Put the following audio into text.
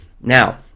Now